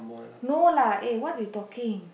no lah eh what you talking